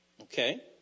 okay